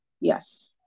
Yes